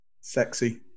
Sexy